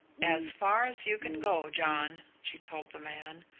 as far as you can go, john, she told the man,